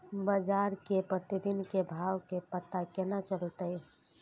बजार के प्रतिदिन के भाव के पता केना चलते?